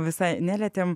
visai nelietėm